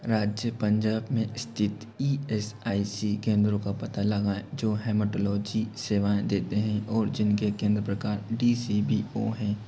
राज्य पंजाब में स्थित ई एस आई सी केंद्रों का पता लगाएँ जो हेमेटोलॉजी सेवाएँ देते हैं और जिनके केंद्र प्रकार डी सी बी ओ हैं